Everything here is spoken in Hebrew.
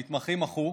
המתמחים מחו.